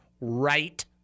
right